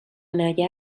negar